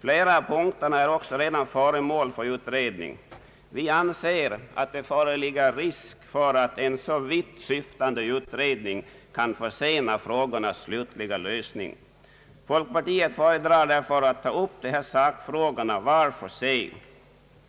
Flera av punkterna är också redan föremål för utredning. Vi anser att det föreligger risk för att en så vittsyftande utredning kan försena frågornas slutliga lösning. Folkpartiet föredrar därför att ta upp sakfrågorna var för sig.